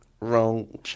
Wrong